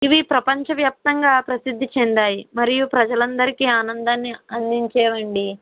ఇవి ప్రపంచవ్యాప్తంగా ప్రసిద్ధి చెందాయి మరియు ప్రజలందరికీ ఆనందాన్ని అందించేవండి